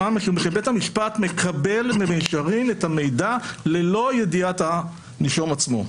משום שבית המשפט מקבל במישרין את המידע ללא ידיעת הנישום עצמו.